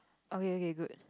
okay okay good